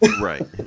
Right